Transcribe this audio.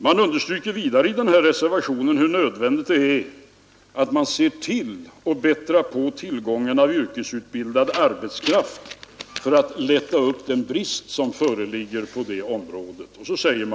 Man underströk vidare i den här reservationen hur nödvändigt det är att man ser till att bättra på tillgången av yrkesutbildad arbetskraft för att lätta upp den brist som föreligger på det området.